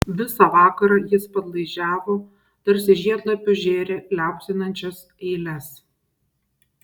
visą vakarą jis padlaižiavo tarsi žiedlapius žėrė liaupsinančias eiles